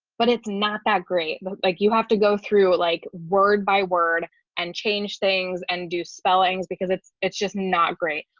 but it's not that great. but like you have to go through like word by word and change things and do spellings because it's it's just not great.